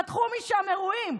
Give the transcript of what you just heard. פתחו משם אירועים.